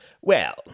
Well